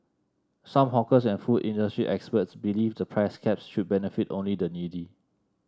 some hawkers and food industry experts believe the price caps should benefit only the needy